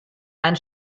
ein